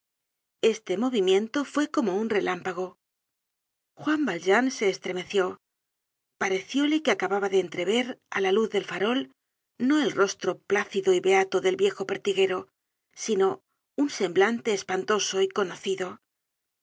este movimiento fue como un relámpago juan valjean se estremeció parecióle que acababa de entrever á la luz del farol no el rostro plácido y beato del viejo pertiguero sino un semblante espantoso y conocido